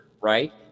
right